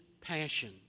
passion